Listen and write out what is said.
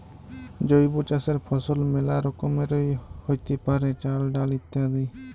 জৈব চাসের ফসল মেলা রকমেরই হ্যতে পারে, চাল, ডাল ইত্যাদি